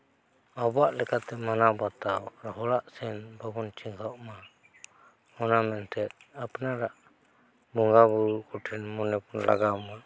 ᱟᱵᱚᱣᱟᱜ ᱞᱮᱠᱟᱛᱮ ᱢᱟᱱᱟᱣ ᱵᱟᱛᱟᱣ ᱦᱚᱲᱟᱜ ᱥᱮᱫ ᱵᱟᱵᱚᱱ ᱪᱮᱸᱜᱷᱟᱣᱚᱜᱼᱢᱟ ᱚᱱᱟ ᱢᱮᱱᱛᱮᱫ ᱟᱯᱱᱟᱨᱟᱜ ᱵᱚᱸᱜᱟ ᱵᱩᱨᱩ ᱠᱚᱴᱷᱮᱱ ᱢᱚᱱᱮ ᱵᱚᱱ ᱞᱟᱜᱟᱣᱢᱟ